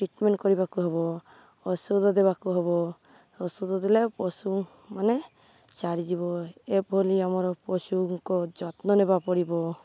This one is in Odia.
ଟ୍ରିଟମେଣ୍ଟ କରିବାକୁ ହେବ ଔଷଧ ଦେବାକୁ ହେବ ଔଷଧ ଦେଲେ ପଶୁମାନେ ଛାଡ଼ିିଯିବେ ଏଭଳି ଆମର ପଶୁଙ୍କ ଯତ୍ନ ନେବା ପଡ଼ିବ